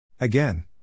Again